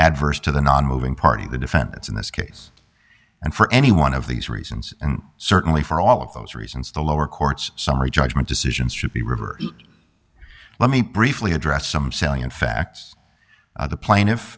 adverse to the nonmoving party the defendants in this case and for any one of these reasons and certainly for all of those reasons the lower courts summary judgment decisions should be reversed let me briefly address some salient facts the pla